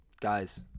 guys